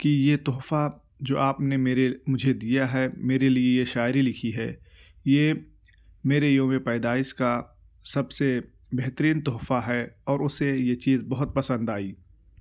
کہ یہ تحفہ جو آپ نے میرے مجھے دیا ہے میرے لیے شاعری لکھی ہے یہ میرے یوم پیدائش کا سب سے بہترین تحفہ ہے اور اسے یہ چیز بہت پسند آئی